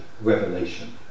revelation